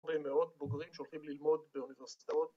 ‫הרבה מאות בוגרים ‫שהולכים ללמוד באוניברסיטאות.